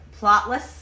Plotless